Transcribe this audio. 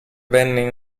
venne